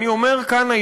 אני אומר כאן,